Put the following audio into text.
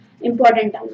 important